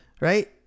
right